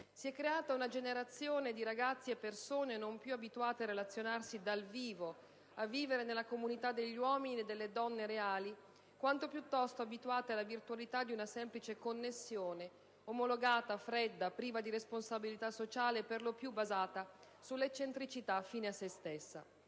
Si è creata una generazione di ragazzi e persone non più abituate a relazionarsi dal vivo, a vivere nella comunità degli uomini e delle donne reali, quanto piuttosto abituate alla virtualità di una semplice connessione: omologata, fredda, priva di responsabilità sociale e per lo più basata sull'eccentricità fine a se stessa.